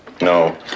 No